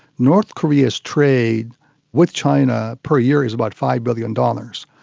north korea's trade with china per year is about five billion dollars.